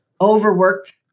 overworked